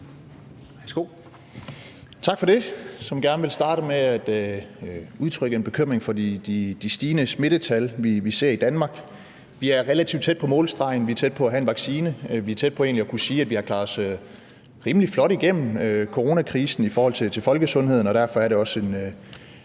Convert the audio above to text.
Vanopslagh, som gerne vil starte med at udtrykke en bekymring for de stigende smittetal, vi ser i Danmark. Vi er relativt tæt på målstregen; vi er tæt på at have en vaccine. Vi er tæt på egentlig at kunne sige, at vi har klaret os rimelig flot igennem coronakrisen i forhold til folkesundheden, og derfor er det også